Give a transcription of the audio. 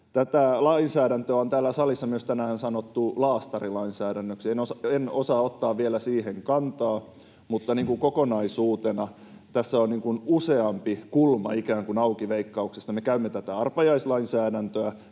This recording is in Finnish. Tätä lainsäädäntöä on täällä salissa tänään sanottu myös laastarilainsäädännöksi. En osaa ottaa vielä siihen kantaa, mutta kokonaisuutena tässä on useampi kulma ikään kuin auki Veikkauksesta. Me käymme tätä arpajaislainsäädäntöä,